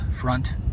Front